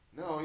no